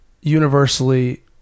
universally